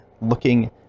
looking